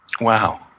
Wow